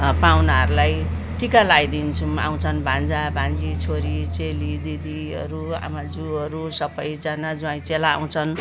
पाहुनाहरूलाई टिका लगाइदिन्छौँ आउँछन् भान्जाभान्जी छोरीचेली दिदीहरू आमाजूहरू सबैजना ज्वाइँचेला आउँछन्